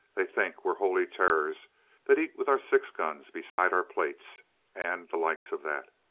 they think we're holy terrors that eat with our six-guns beside our plates and the like of that.